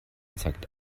zeigt